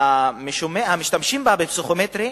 שמשתמשים בה בפסיכומטרי,